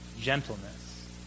gentleness